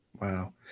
Wow